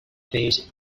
phase